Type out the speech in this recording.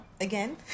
again